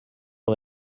aux